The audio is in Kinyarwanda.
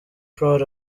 proud